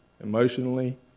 emotionally